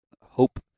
hope